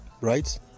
Right